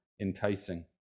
enticing